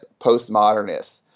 postmodernists